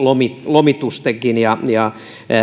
lomitustenkin ja ja